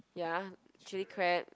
ya chili crab